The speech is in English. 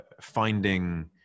finding